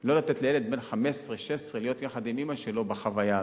לא לתת לילד בן 15 16 להיות יחד עם אמא שלו בחוויה הזאת.